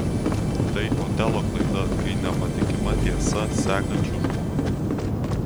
tai otelo klaida kai nepatikima tiesą sakančiu žmogumi